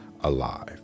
alive